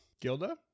Gilda